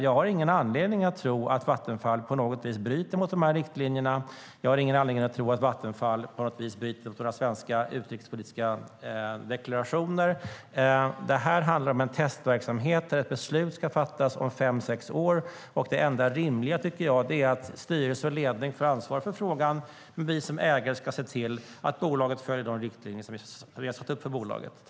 Jag har ingen anledning att tro att Vattenfall på något sätt bryter mot riktlinjerna, och jag har ingen anledning att tro att Vattenfall på något sätt bryter mot några svenska utrikespolitiska deklarationer. Det här handlar om en testverksamhet där ett beslut ska fattas om fem sex år. Det enda rimliga är att styrelse och ledning får ansvar för frågan, och vi som ägare ska se till att bolaget följer de riktlinjer som vi har satt upp för bolaget.